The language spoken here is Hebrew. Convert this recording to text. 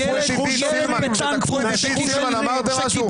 כשתקפו את עידית סילמן, אמרתם משהו?